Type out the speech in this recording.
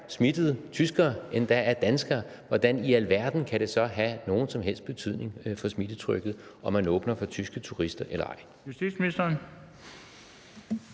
smittede tyskere, end der er danskere, hvordan i alverden kan det så have nogen som helst betydning for smittetrykket, om man åbner for tyske turister eller ej?